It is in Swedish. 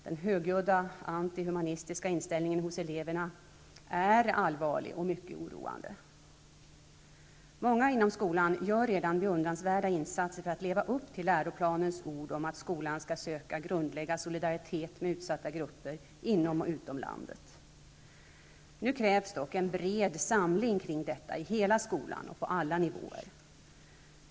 Den högljudda antihumanistiska inställningen hos eleverna är allvarlig och mycket oroande. Många inom skolan gör redan beundransvärda insatser för att leva upp till läroplanens ord om att ''skolan skall söka grundlägga solidaritet med utsatta grupper inom och utom landet''. Nu krävs dock en bred samling kring detta i hela skolan, på alla nivåer.